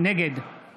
נגד